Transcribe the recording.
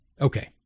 Okay